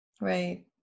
Right